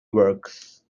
works